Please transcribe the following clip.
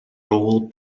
rôl